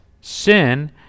Sin